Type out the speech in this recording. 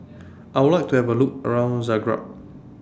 I Would like to Have A Look around Zagreb